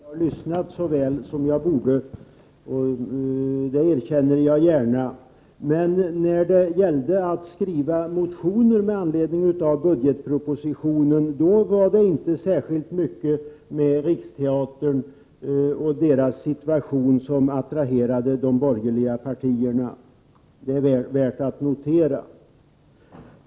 Herr talman! Jag erkänner gärna att jag kanske inte lyssnade så väl som jag borde när det talades om Riksteatern. Men när det gällde att väcka motioner med anledning av budgetpropositionen var det inte särskilt mycket hos Riksteatern som engagerade de borgerliga. Det är värt att notera.